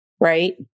right